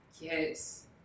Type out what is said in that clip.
Yes